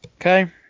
Okay